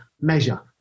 measure